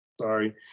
sorry